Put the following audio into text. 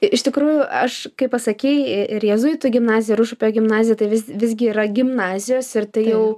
iš tikrųjų aš kai pasakei ir jėzuitų gimnazija ir užupio gimnazija tai vis visgi yra gimnazijos ir tai jau